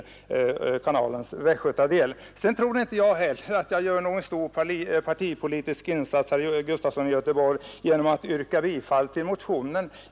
Sedan inbillar jag mig inte, herr Gustafson i Göteborg, att jag gör någon stor partipolitisk insats genom att yrka bifall till motionen.